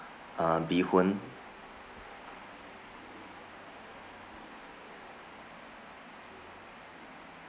uh bee hoon